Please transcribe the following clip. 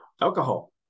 Alcohol